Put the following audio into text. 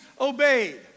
obeyed